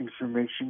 Information